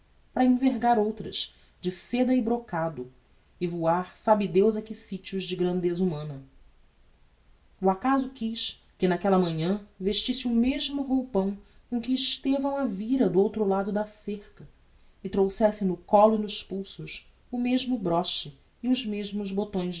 para envergar outras de seda e brocado e voar sabe deus a que sitios de grandeza humana o acaso quiz que naquella manhã vestisse o mesmo roupão com que estevão a vira do outro lado da cerca e trouxesse no collo e nos pulsos o mesmo broche e os mesmos botões